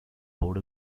board